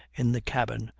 in the cabin,